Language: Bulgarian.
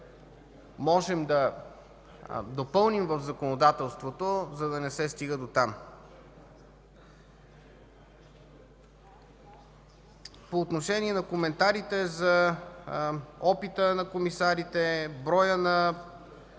можем да допълним в законодателството, за да не се стига дотам. По отношение на коментарите за опита и броя на